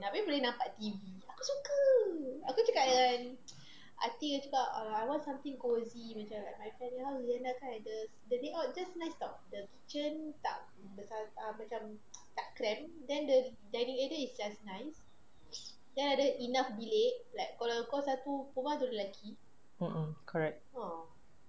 mmhmm correct